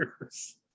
years